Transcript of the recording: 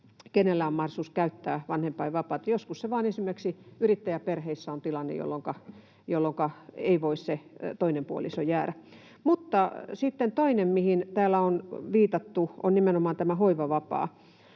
kenellä on mahdollisuus käyttää vanhempainvapaata. Joskus vaan esimerkiksi yrittäjäperheissä on tilanne, jolloinka ei voi se toinen puoliso jäädä. Mutta sitten toinen asia, mihin täällä on viitattu, on nimenomaan tämä hoivavapaa.